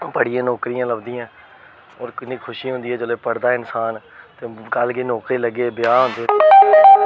बड़ियां नौकरिया लभदियां होर किन्नी खुशी होंदी ऐ जिसले पढ़दा ऐ इसांन ते कल गी नौकरी लग्गे ब्याह् होंदे